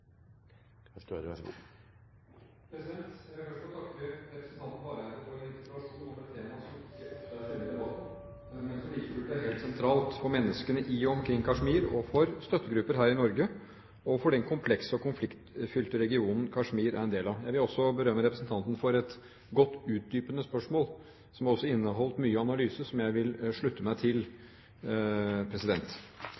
Jeg vil først få takke representanten Hareide for en interpellasjon om et tema som ikke ofte er fremme i debatten, men som like fullt er helt sentralt – for menneskene i og omkring Kashmir, for støttegrupper her i Norge og for den komplekse og konfliktfylte regionen Kashmir er en del av. Jeg vil også berømme representanten for et godt, utdypende spørsmål, som også inneholdt mye analyse, som jeg vil slutte meg til.